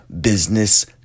business